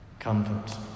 Comfort